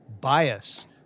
bias